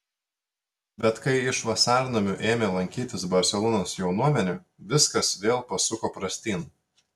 bet kai iš vasarnamių ėmė lankytis barselonos jaunuomenė viskas vėl pasuko prastyn